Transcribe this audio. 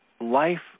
life